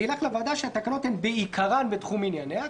ילך לוועדה שהתקנות הן בעיקרן בתחום ענייניה,